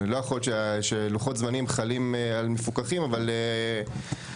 לא יכול להיות שלוחות זמנים חלים על מפוקחים אבל הרגולטורים